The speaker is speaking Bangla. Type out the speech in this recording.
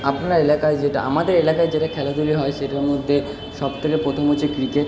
আপনার এলাকায় যেটা আমাদের এলাকায় যেটা খেলাধুলা হয় সেটার মধ্যে সব থেকে প্রথম হচ্ছে ক্রিকেট